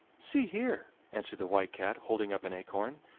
see here, answered the white cat, holding up an acorn